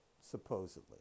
supposedly